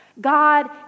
God